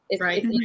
Right